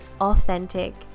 authentic